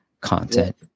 content